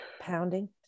pounding